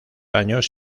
años